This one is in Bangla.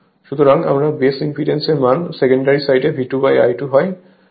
সুতরাং আমরা বেস ইম্পিডেন্স এর মান সেকেন্ডারি সাইডে V2I2 হয়